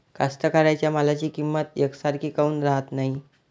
कास्तकाराइच्या मालाची किंमत यकसारखी काऊन राहत नाई?